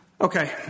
Okay